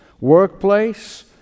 workplace